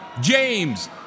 James